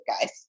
guys